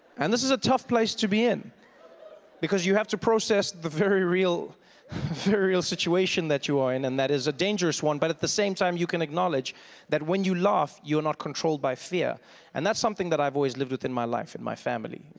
and this is a tough place to be in because you have to process the very real very real situation that you are ah in and that is a dangerous one but at the same time you can acknowledge that when you laugh, you're not controlled by fear and that's something that i've always lived with in my life, in my family.